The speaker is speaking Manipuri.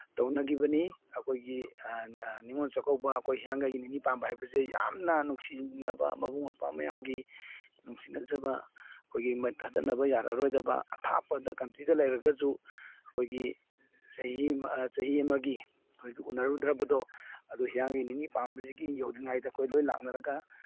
ꯇꯧꯅꯒꯤꯕꯅꯤ ꯑꯩꯈꯣꯏꯒꯤ ꯅꯤꯡꯉꯣꯟ ꯆꯥꯛꯀꯧꯕ ꯑꯩꯈꯣꯏ ꯍꯤꯌꯥꯡꯒꯩꯒꯤ ꯅꯤꯅꯤ ꯄꯥꯟꯕ ꯍꯥꯏꯕꯁꯦ ꯌꯥꯝꯅ ꯅꯨꯡꯁꯤꯅꯕ ꯃꯕꯨꯡ ꯃꯧꯄ꯭ꯋꯥ ꯃꯌꯥꯝꯒꯤ ꯅꯨꯡꯁꯤꯅꯖꯕ ꯑꯩꯈꯣꯏꯒꯤ ꯊꯗꯠꯅꯕ ꯌꯥꯔꯔꯣꯏꯗꯕ ꯑꯊꯥꯞꯄꯗ ꯀꯟꯇ꯭ꯔꯤꯗ ꯂꯩꯔꯒꯁꯨ ꯑꯩꯈꯣꯏꯒꯤ ꯆꯍꯤ ꯆꯍꯤ ꯑꯃꯒꯤ ꯑꯩꯈꯣꯏꯒꯤ ꯎꯅꯔꯨꯗ꯭ꯔꯕꯗꯣ ꯑꯗꯨ ꯍꯤꯌꯥꯡꯒꯩꯒꯤ ꯅꯤꯅꯤ ꯄꯥꯟꯕꯁꯤꯒꯤ ꯌꯧꯗ꯭ꯔꯤꯉꯩꯗ ꯑꯩꯈꯣꯏ ꯂꯣꯏꯅ ꯂꯥꯛꯅꯔꯒ